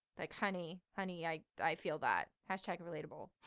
like honey, honey, i, i feel that. hashtag relatable.